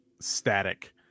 static